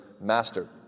master